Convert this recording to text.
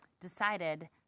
decided